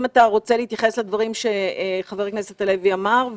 אם אתה רוצה להתייחס לדברים שחבר הכנסת הלוי אמר,